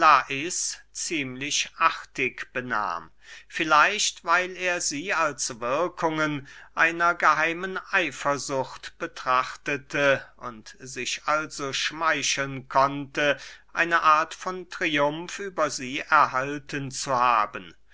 lais ziemlich artig benahm vielleicht weil er sie als wirkungen einer geheimen eifersucht betrachtete und sich also schmeicheln konnte eine art von triumf über sie erhalten zu haben